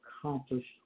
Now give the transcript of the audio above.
accomplished